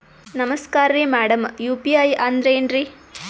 ನಮಸ್ಕಾರ್ರಿ madam UPI ಅಂದ್ರೆನ್ರಿ?